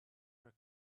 her